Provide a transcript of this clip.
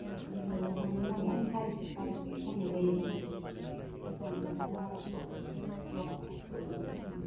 इदिनो न'आव दानाय नालाय सारिस' सारिस'यै फाननाय जायो गांसेयाव ओमफ्राय गामसाया आरो आरायस' ज'रा फास्स' इदियाव फानो